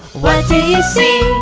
what do you see?